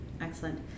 Excellent